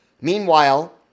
Meanwhile